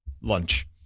lunch